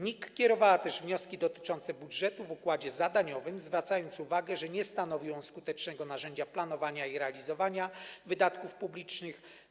NIK kierowała też wnioski dotyczące budżetu w układzie zadaniowym, zwracając uwagę, że nie stanowi on skutecznego narzędzia planowania i realizowania wydatków publicznych.